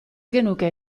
genuke